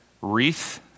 wreath